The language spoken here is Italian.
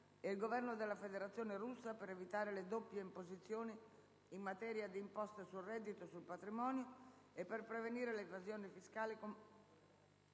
e il Governo della Federazione russa per evitare le doppie imposizioni in materia di imposte sul reddito e sul patrimonio e per prevenire le evasioni fiscali,